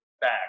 back